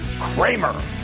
Kramer